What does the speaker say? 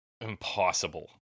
Impossible